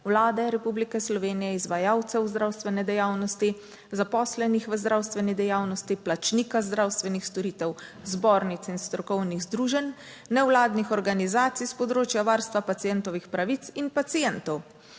Vlade Republike Slovenije, izvajalcev zdravstvene dejavnosti, zaposlenih v zdravstveni dejavnosti, plačnika zdravstvenih storitev, zbornic in strokovnih združenj, nevladnih organizacij s področja varstva pacientovih pravic in pacientov.